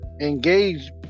engage